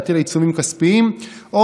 להטיל עיצומים כספיים או,